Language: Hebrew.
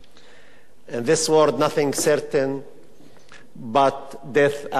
In this world nothing is certain but death and taxes.